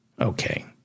Okay